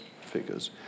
figures